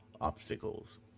obstacles